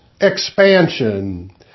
expansion